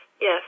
yes